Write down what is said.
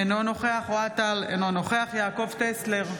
אינו נוכח אוהד טל, אינו נוכח יעקב טסלר,